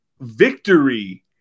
Victory